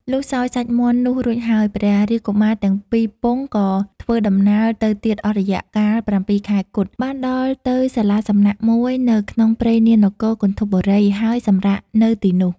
លុះសោយសាច់មាន់នោះរួចហើយ ព្រះរាជកុមារទាំង២ពង្សក៏ធ្វើដំណើរទៅទៀតអស់រយៈកាល៧ខែគត់ បានដល់ទៅសាលាសំណាក់មួយនៅក្នុងព្រៃនា នគរគន្ធពបុរី ហើយសម្រាកនៅទីនោះ ។